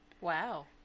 Wow